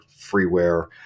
freeware